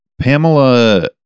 Pamela